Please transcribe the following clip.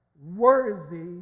worthy